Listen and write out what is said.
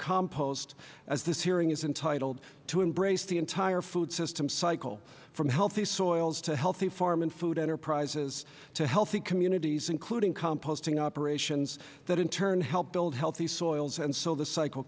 compost as this hearing is entitled to embrace the entire food system cycle from healthy soils to healthy farm and food enterprises to healthy communities including composting operations that in turn help build healthy soils and so the cycle